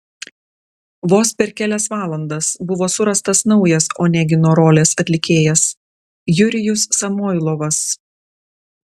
vos per kelias valandas buvo surastas naujas onegino rolės atlikėjas jurijus samoilovas